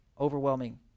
overwhelming